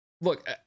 look